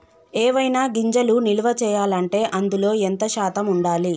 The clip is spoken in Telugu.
ఏవైనా గింజలు నిల్వ చేయాలంటే అందులో ఎంత శాతం ఉండాలి?